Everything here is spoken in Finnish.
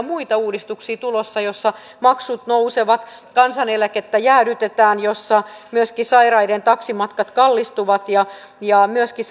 muita uudistuksia tulossa joissa maksut nousevat ja kansaneläkettä jäädytetään joissa myöskin sairaiden taksimatkat kallistuvat ja ja myöskin